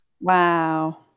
Wow